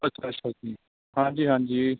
ਅੱਛਾ ਅੱਛਾ ਜੀ ਹਾਂਜੀ ਹਾਂਜੀ